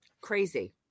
crazy